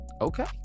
Okay